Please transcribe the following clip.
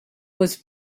was